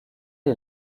est